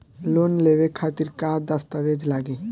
Loan लेवे खातिर का का दस्तावेज लागी?